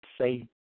say